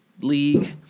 league